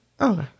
Okay